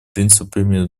принципам